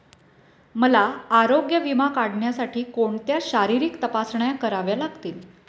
मला आरोग्य विमा काढण्यासाठी कोणत्या शारीरिक तपासण्या कराव्या लागतील?